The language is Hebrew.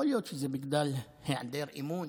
יכול להיות שזה בגלל היעדר אמון